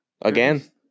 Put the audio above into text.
Again